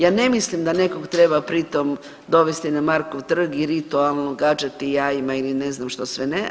Ja ne mislim da nekog treba pritom dovesti na Markov trg i ritualno gađati jajima ili ne znam što sve ne.